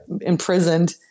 imprisoned